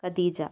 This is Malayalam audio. കദീജ